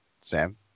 Sam